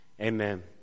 Amen